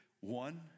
One